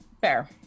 Fair